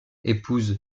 épouse